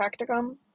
practicum